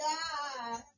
God